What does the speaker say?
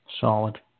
Solid